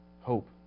hope